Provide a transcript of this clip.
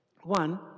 One